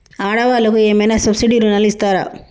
ఆడ వాళ్ళకు ఏమైనా సబ్సిడీ రుణాలు ఇస్తారా?